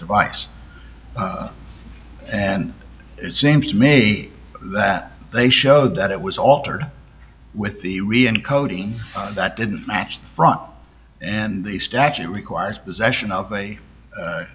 device and it seems to me that they showed that it was altered with the re encoding that didn't match the front and the statute requires possession of a